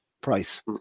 price